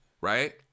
right